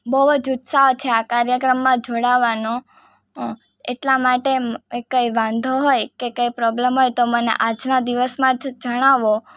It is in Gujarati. બઉઅજ ઉત્સાહ છે આ કાર્યક્રમમાં જોડાવવાનો એટલા માટે કંઈ વાંધો હોય કે કંઈ પ્રોબલબ હોય તો મને આજના દિવસમાં જ જણાવો